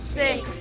six